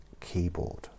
keyboard